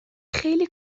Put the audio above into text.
خیلی